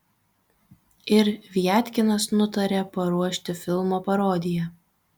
ir viatkinas nutarė paruošti filmo parodiją